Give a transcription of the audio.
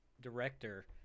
director